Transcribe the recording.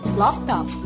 laptop